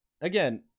Again